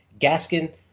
Gaskin